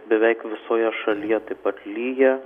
beveik visoje šalyje taip pat lyja